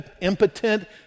impotent